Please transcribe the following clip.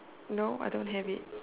no I don't have it